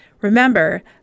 Remember